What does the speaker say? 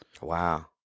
Wow